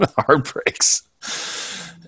heartbreaks